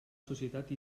societat